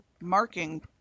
marking